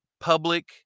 public